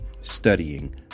studying